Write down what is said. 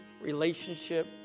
relationship